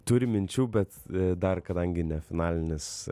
turim minčių bet dar kadangi ne finalinis